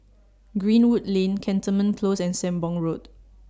Greenwood Lane Cantonment Close and Sembong Road